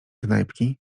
knajpki